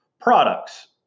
products